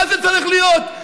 מה זה צריך להיות?